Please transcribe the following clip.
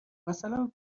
مثلا